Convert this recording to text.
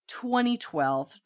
2012